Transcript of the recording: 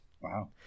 Wow